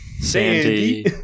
Sandy